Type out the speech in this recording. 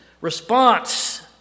response